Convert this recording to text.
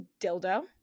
dildo